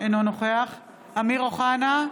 אינו נוכח אמיר אוחנה,